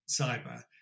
cyber